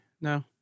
No